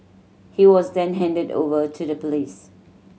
he was then handed over to the police